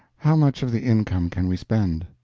how much of the income can we spend?